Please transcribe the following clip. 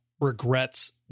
regrets